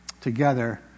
together